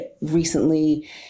recently